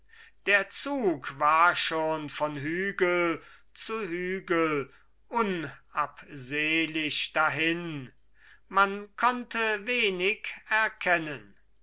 der zug war schon von hügel zu hügel unabsehlich dahin man konnte wenig erkennen